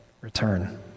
return